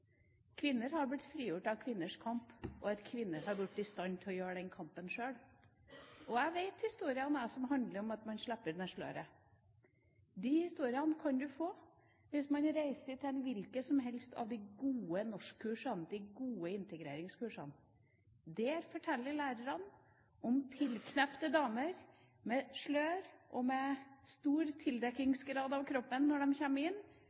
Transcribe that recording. Kvinner har blitt frigjort av kvinners kamp og av at kvinner har vært i stand til å ta den kampen sjøl. Jeg vet om historier som handler om at man slipper ned sløret. De historiene kan man få hvis man reiser til hvilke som helst av de gode norskkursene, de gode integreringskursene. Der forteller lærerne om tilknappede damer med slør og med stor tildekkingsgrad av kroppen når de kommer inn,